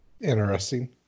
interesting